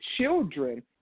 children